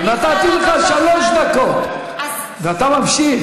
נתתי לך שלוש דקות ואתה ממשיך.